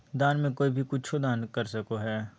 दान में कोई भी कुछु दान कर सको हइ